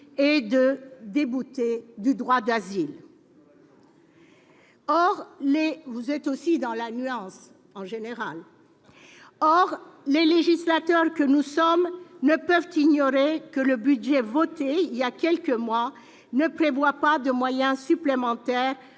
la nuance, cher collègue ! Or les législateurs que nous sommes ne peuvent ignorer que le budget voté il y a quelques mois ne prévoit pas de moyens supplémentaires